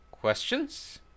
questions